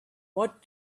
what